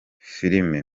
filime